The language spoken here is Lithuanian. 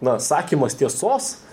na sakymas tiesos